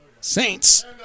Saints